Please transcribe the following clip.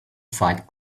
fight